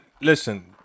Listen